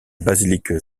basilique